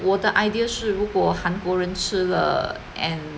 我的 idea 是如果韩国人吃了 and